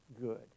good